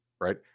right